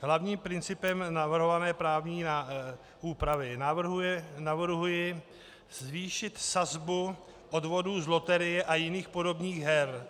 Hlavním principem navrhované právní úpravy navrhuji zvýšit sazbu odvodů z loterie a jiných podobných her.